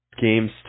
games